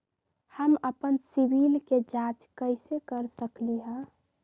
हम अपन सिबिल के जाँच कइसे कर सकली ह?